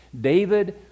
David